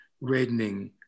reddening